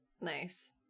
Nice